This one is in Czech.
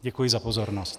Děkuji za pozornost.